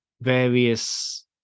various